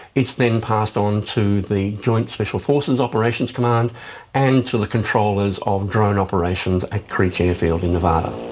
it's then passed on to the joint special forces operations command and to the controllers of drone operations at creech airfield in nevada.